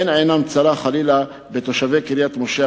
אין עינם צרה חלילה בתושבי קריית-משה,